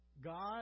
God